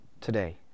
today